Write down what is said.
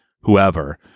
whoever